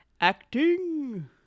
Acting